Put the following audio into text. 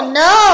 no